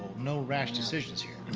no rash decisions here.